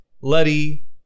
Letty